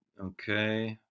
okay